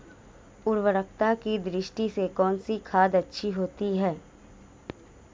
उर्वरकता की दृष्टि से कौनसी खाद अच्छी होती है?